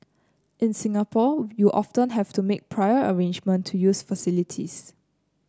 in Singapore you often have to make prior arrangement to use facilities